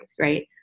right